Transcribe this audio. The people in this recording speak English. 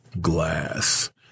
glass